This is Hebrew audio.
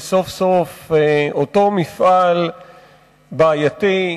וסוף-סוף אותו מפעל בעייתי,